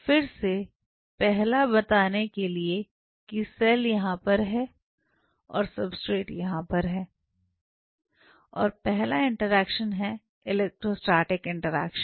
फिर से पहला बताने के लिए कि सेल यहां पर है और सबस्ट्रेट यहां पर है और पहला इंटरेक्शन है इलेक्ट्रोस्टेटिक इंटरेक्शन